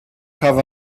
have